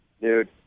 Dude